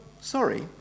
sorry